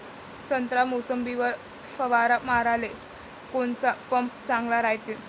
संत्रा, मोसंबीवर फवारा माराले कोनचा पंप चांगला रायते?